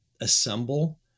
assemble